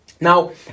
Now